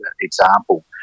example